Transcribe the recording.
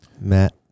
Matt